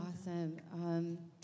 awesome